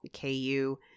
KU